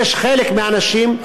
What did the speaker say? יש חלק מהאנשים,